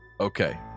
Okay